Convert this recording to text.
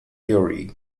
theory